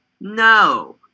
No